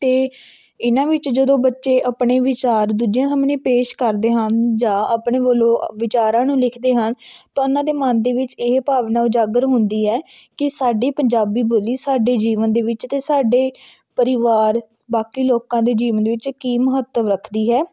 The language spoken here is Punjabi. ਅਤੇ ਇਹਨਾਂ ਵਿੱਚ ਜਦੋਂ ਬੱਚੇ ਆਪਣੇ ਵਿਚਾਰ ਦੂਜਿਆਂ ਸਾਹਮਣੇ ਪੇਸ਼ ਕਰਦੇ ਹਨ ਜਾਂ ਆਪਣੇ ਵੱਲੋਂ ਵਿਚਾਰਾਂ ਨੂੰ ਲਿਖਦੇ ਹਨ ਤਾਂ ਉਹਨਾਂ ਦੇ ਮਨ ਦੇ ਵਿੱਚ ਇਹ ਭਾਵਨਾ ਉਜਾਗਰ ਹੁੰਦੀ ਹੈ ਕਿ ਸਾਡੀ ਪੰਜਾਬੀ ਬੋਲੀ ਸਾਡੇ ਜੀਵਨ ਦੇ ਵਿੱਚ ਅਤੇ ਸਾਡੇ ਪਰਿਵਾਰ ਬਾਕੀ ਲੋਕਾਂ ਦੇ ਜੀਵਨ ਦੇ ਵਿੱਚ ਕੀ ਮਹੱਤਵ ਰੱਖਦੀ ਹੈ